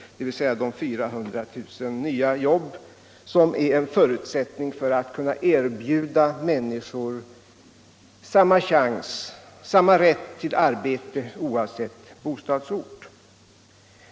Det är de 400 000 nya jobb som är en förutsättning för att vi skall kunna erbjuda människor samma chans och samma rätt till arbete oavsett bostadsort.